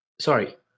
Sorry